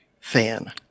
fan